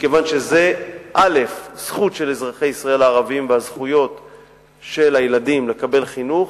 מכיוון שזו זכות של אזרחי ישראל הערבים וזכות הילדים לקבל חינוך,